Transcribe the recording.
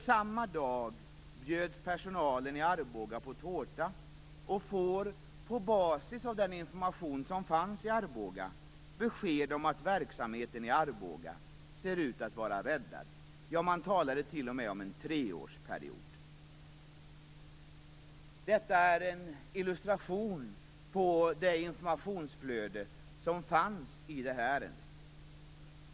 Samma dag bjöds personalen i Arboga på tårta och fick, på basis av den information som fanns i Arboga, besked om att verksamheten där såg ut att vara räddad. Man talade t.o.m. om en treårsperiod. Detta är en illustration av det informationsflöde som fanns i ärendet.